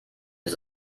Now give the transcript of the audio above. ist